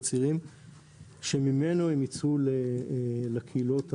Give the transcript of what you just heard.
צעירים שממנו הם ייצאו לקהילות השונות.